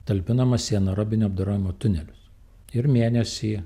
talpinamas į anaerobinio apdorojimo tunelius ir mėnesį